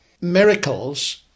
miracles